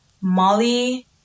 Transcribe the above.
Molly